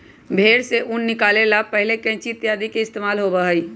भेंड़ से ऊन निकाले ला पहले कैंची इत्यादि के इस्तेमाल होबा हलय